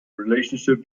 relationship